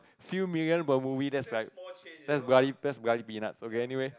few million per movie that's like that's bloody that's bloody peanuts okay anyway